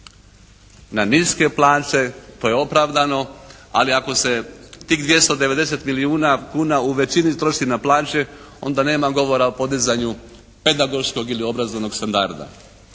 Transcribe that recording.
Na niske plaće, to je opravdano. Ali ako se tih 290 milijuna kuna u većini trošiti na plaće onda nema govora o podizanju pedagoškog ili obrazovnog standarda.